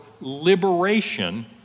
liberation